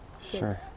Sure